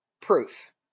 proof